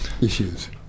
issues